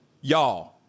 y'all